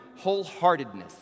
wholeheartedness